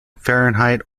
fahrenheit